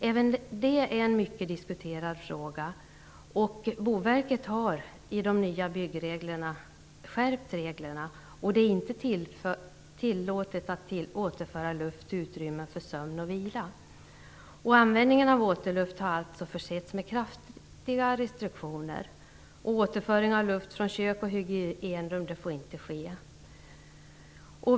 Även detta är en mycket diskuterad fråga. Boverket har i de nya byggreglerna skärpt bestämmelserna, och det är inte tillåtet att återföra luft till utrymmen för sömn och vila. Användningen av återluft har alltså försetts med kraftiga restriktioner. Återföring av luft från kök och hygienrum får inte ske.